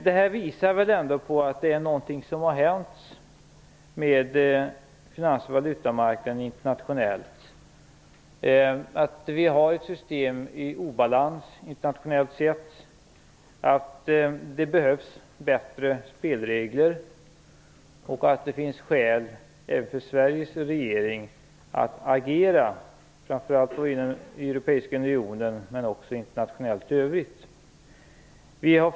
Det här visar att någonting har hänt med den internationella finans och valutamarknaden, att vi internationellt sett har ett system i obalans, att det behövs bättre spelregler och att det finns skäl även för Sveriges regering att agera, framför allt inom Europeiska unionen men också i övriga internationella sammanhang.